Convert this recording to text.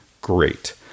Great